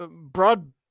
broad